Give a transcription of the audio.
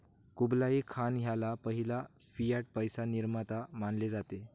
Kublai Khan ह्याला पहिला fiat पैसा निर्माता मानले जाते